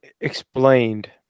explained